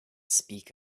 speak